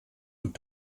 und